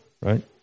right